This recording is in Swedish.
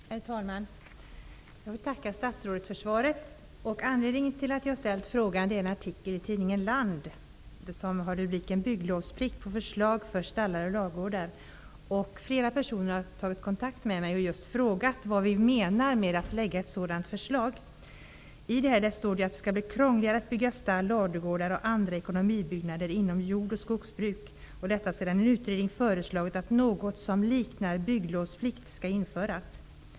Herr talman! Jag vill tacka statsrådet för svaret. Anledningen till att jag ställt frågan är en artikel i tidningen Land som har rubriken ''Bygglovsplikt'' på förslag för stallar och ladugårdar. Flera personer har tagit kontakt med mig och frågat vad vi menar med att lägga fram ett sådant förslag. I artikeln står: ''Det kan bli krångligare att bygga stall, ladugårdar och andra ekonomibyggnader inom jordoch skogsbruk. Detta sedan en utredning föreslagit att något som liknar bygglovsplikt ska införas.''